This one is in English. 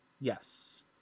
Yes